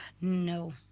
No